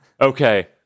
Okay